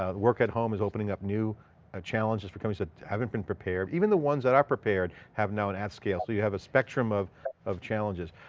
ah work at home is opening up new ah challenges for companies that haven't been prepared. even though ones that are prepared have known at scale. so you have a spectrum of of challenges.